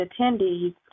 attendees